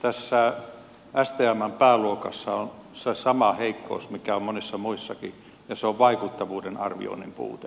tässä stmn pääluokassa on se sama heikkous mikä on monissa muissakin ja se on vaikuttavuuden arvioinnin puute